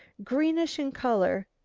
greenish in colour,